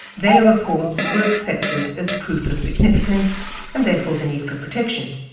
their reports were accepted as proof of significance and therefore the need for protection.